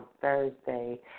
Thursday